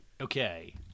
Okay